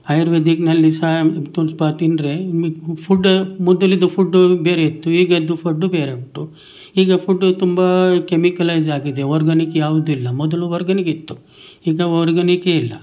ಆಯುರ್ವೇದಿಕ್ನಲ್ಲಿ ಸಹ ತುಪ್ಪ ತಿಂದರೆ ನಿಮಗೆ ಫುಡ್ಡು ಮೊದಲಿನದ್ದು ಫುಡ್ಡು ಬೇರೆಯಿತ್ತು ಈಗಿನದ್ದು ಫುಡ್ಡು ಬೇರೆ ಉಂಟು ಈಗ ಫುಡ್ಡು ತುಂಬ ಕೆಮಿಕಲೈಜ್ ಆಗಿದೆ ಆರ್ಗಾನಿಕ್ ಯಾವುದು ಇಲ್ಲ ಮೊದಲು ಆರ್ಗಾನಿಕ್ ಇತ್ತು ಈಗ ಆರ್ಗಾನಿಕೆ ಇಲ್ಲ